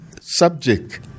subject